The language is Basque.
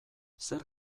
zer